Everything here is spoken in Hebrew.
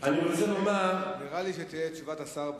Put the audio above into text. נראה לי שתהיה תשובת השר בעניין.